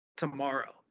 tomorrow